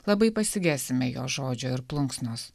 labai pasigesime jo žodžio ir plunksnos